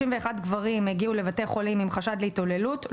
גברים הגיעו לבתי חולים עם חשד להתעללות,